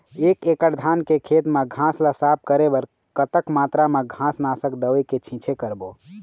एक एकड़ धान के खेत मा घास ला साफ करे बर कतक मात्रा मा घास नासक दवई के छींचे करबो?